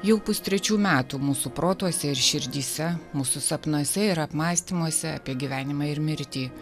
jau pustrečių metų mūsų protuose ir širdyse mūsų sapnuose ir apmąstymuose apie gyvenimą ir mirtį